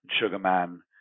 Sugarman